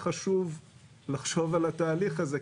כן חשוב לחשוב על התהליך הזה,